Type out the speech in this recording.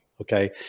okay